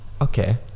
okay